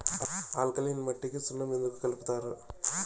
alkaline మట్టికి సున్నం ఎందుకు కలుపుతారు